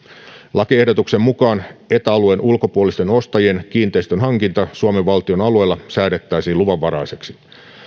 lakiehdotuksen mukaan eta alueen ulkopuolisten ostajien kiinteistönhankinta suomen valtion alueella säädettäisiin luvanvaraiseksi